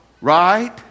Right